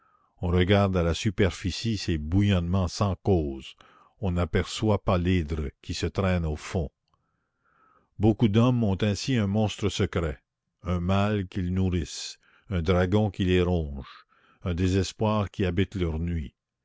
on regarde à la superficie ces bouillonnements sans cause on n'aperçoit pas l'hydre qui se traîne au fond beaucoup d'hommes ont ainsi un monstre secret un mal qu'ils nourrissent un dragon qui les ronge un désespoir qui habite leur nuit